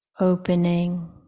opening